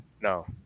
No